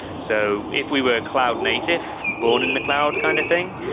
so if we were cloud native, born in the cloud kind of thing,